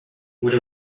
with